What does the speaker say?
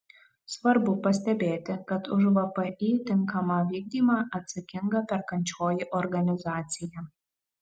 svarbu pastebėti kad už vpį tinkamą vykdymą atsakinga perkančioji organizacija